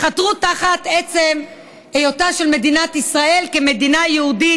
משנת 2011. הוא לא יושם.